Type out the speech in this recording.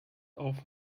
auf